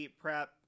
prep